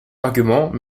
arguments